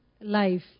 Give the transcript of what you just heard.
life